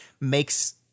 makes